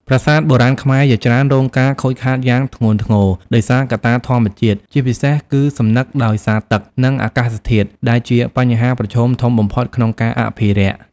ប្រាសាទបុរាណខ្មែរជាច្រើនរងការខូចខាតយ៉ាងធ្ងន់ធ្ងរដោយសារកត្តាធម្មជាតិ ជាពិសេសគឺសំណឹកដោយសារទឹក និងអាកាសធាតុ ដែលជាបញ្ហាប្រឈមធំបំផុតក្នុងការអភិរក្ស។